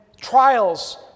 trials